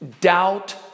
doubt